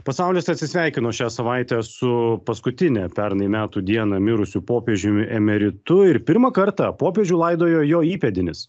pasaulis atsisveikino šią savaitę su paskutinę pernai metų dieną mirusiu popiežiumi emeritu ir pirmą kartą popiežių laidojo jo įpėdinis